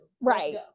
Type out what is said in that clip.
Right